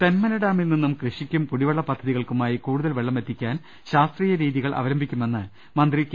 തെന്മല ഡാമിൽ നിന്നും കൃഷിക്കും കുടിവെള്ള പദ്ധതികൾക്കു മായി കൂടുതൽ വെള്ളമെത്തിക്കാൻ ശാസ്ത്രീയ രീതികൾ അവലം ബിക്കുമെന്ന് മന്ത്രി കെ